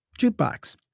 jukebox